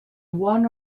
one